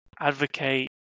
advocate